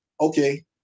Okay